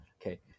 Okay